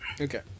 Okay